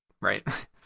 Right